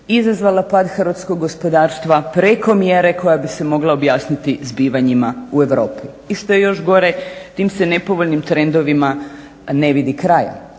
izazvala pad hrvatskog gospodarstva preko mjere koja bi se mogla objasniti zbivanjima u Europi. I što je još gore tim se nepovoljnim trendovima ne vidi kraja.